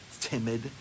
timid